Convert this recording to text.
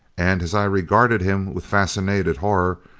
and as i regarded him with fascinated horror,